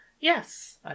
Yes